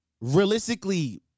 realistically